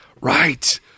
right